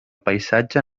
paisatge